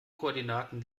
koordinaten